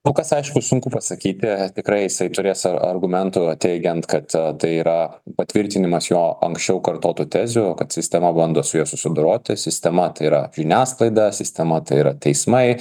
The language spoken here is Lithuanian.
kol kas aišku sunku pasakyti ar tikrai jisai turės argumentų teigiant kad tai yra patvirtinimas jo anksčiau kartotų tezių kad sistema bando su juo susidoroti sistema tai yra žiniasklaida sistema tai yra teismai